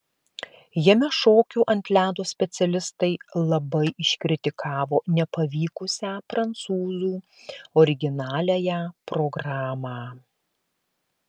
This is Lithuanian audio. jame šokių ant ledo specialistai labai iškritikavo nepavykusią prancūzų originaliąją programą